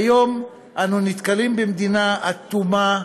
כיום אנו נתקלים במדינה אטומה,